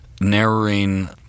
narrowing